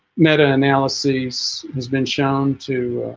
meta-analyses has been shown to